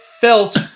felt